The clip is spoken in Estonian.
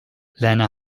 lääne